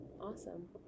Awesome